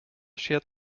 schert